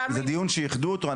זה דיון שאיחדו אותו.